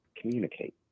Communicate